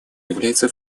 является